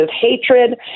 hatred